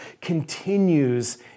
continues